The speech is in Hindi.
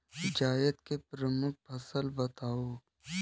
जायद की प्रमुख फसल बताओ